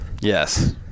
Yes